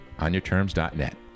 OnYourTerms.net